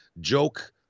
joke